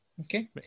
Okay